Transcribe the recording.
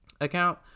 account